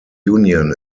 union